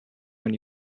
when